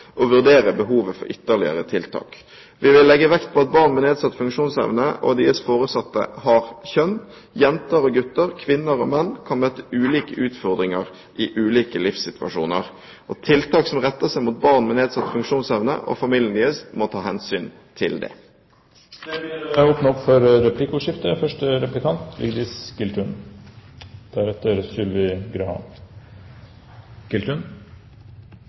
og vurdere behovet for ytterligere tiltak. Vi vil legge vekt på at barn med nedsatt funksjonsevne og deres foresatte har kjønn. Jenter og gutter, kvinner og menn kan møte ulike utfordringer i ulike livssituasjoner. Tiltak som retter seg mot barn med nedsatt funksjonsevne og familiene deres, må ta hensyn til dette. Det blir replikkordskifte.